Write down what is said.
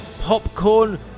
popcorn